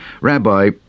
Rabbi